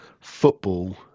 football